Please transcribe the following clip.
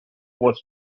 was